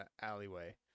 alleyway